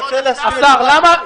רביזיה.